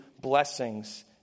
blessings